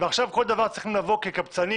ועכשיו כל דבר צריכים לבוא כקבצנים